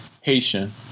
Haitian